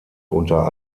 unter